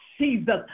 Jesus